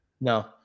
No